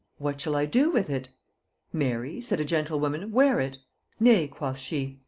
what shall i do with it mary, said a gentlewoman, wear it nay, quoth she,